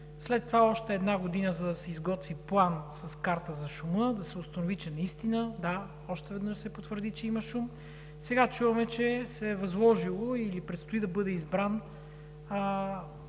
след това още една година, за да се изготви план с карта за шума, да се установи, че наистина – да, още веднъж се потвърди, че има шум. Сега чуваме, че се е възложило и предстои да бъде избран